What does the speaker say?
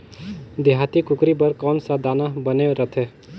देहाती कुकरी बर कौन सा दाना बने रथे?